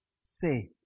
say